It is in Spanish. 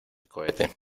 cohete